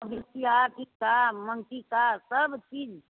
हँ बीछिया टीका मनटीका सब चीज